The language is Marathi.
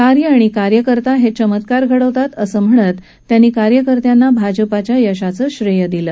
कार्य आणि कार्यकर्ता हे चमत्कार घडवतात असं म्हणत त्यांनी कार्यकर्त्यांना भाजपच्या यशाचं श्रेयं दिलं